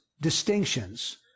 distinctions